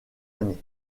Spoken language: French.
années